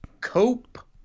Cope